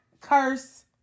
curse